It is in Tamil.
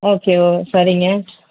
ஓகே ஓ சரிங்க